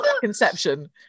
conception